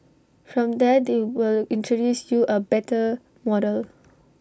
from there they will introduce you A better model